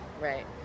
Right